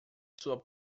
sua